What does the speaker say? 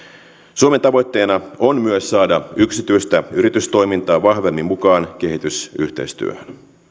suomen tavoitteena on myös saada yksityistä yritystoimintaa vahvemmin mukaan kehitysyhteistyöhön